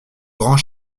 grand